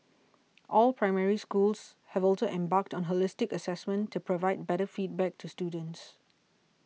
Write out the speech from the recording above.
all Primary Schools have also embarked on holistic assessment to provide better feedback to students